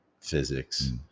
physics